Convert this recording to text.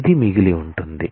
ఇది మిగిలి ఉంటుంది